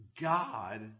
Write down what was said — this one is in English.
God